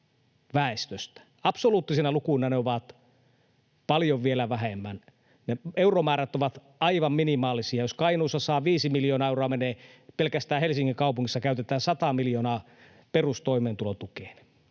Absoluuttisina lukuinahan ne ovat vielä paljon vähemmän, euromäärät ovat aivan minimaalisia. Jos Kainuussa menee 5 miljoonaa euroa, pelkästään Helsingin kaupungissa käytetään 100 miljoonaa perustoimeentulotukeen.